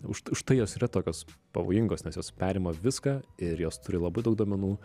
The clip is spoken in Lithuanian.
už už tai jos yra tokios pavojingos nes jos perima viską ir jos turi labai daug duomenų